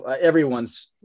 everyone's